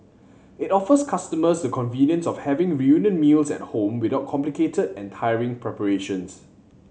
it offers customers the convenience of having reunion meals at home without complicated and tiring preparations